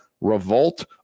revolt